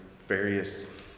various